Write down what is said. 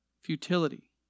Futility